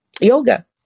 Yoga